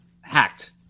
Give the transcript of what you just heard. hacked